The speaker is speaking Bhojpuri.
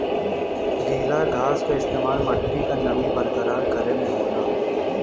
गीला घास क इस्तेमाल मट्टी क नमी बरकरार करे में होला